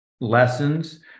lessons